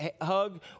hug